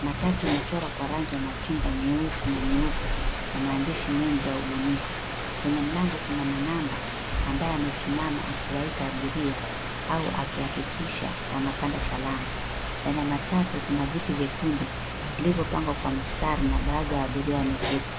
Matatu imechorwa kwa rangi ya machungwa nyeusi na nyeupe na maandishi mengi ya ubunifu. Kwenye mlango kuna manamba ambaye amesimama akiwaita abiria au akihakikisha wanapanda salama. Ndani ya matatu kuna vitu vyekundu vilivyopangwa kwa mstari na baadhi ya abiria wameketi.